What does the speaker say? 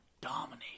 dominate